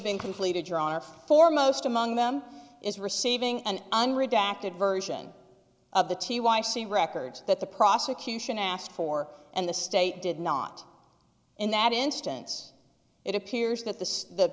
been completed your honor foremost among them is receiving and unredacted version of the t y c records that the prosecution asked for and the state did not in that instance it appears that the